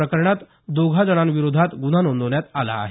प्रकरणात दोघांजणांविरोधात गुन्हा नोंदवण्यात आला आहे